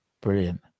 brilliant